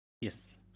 Yes